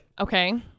Okay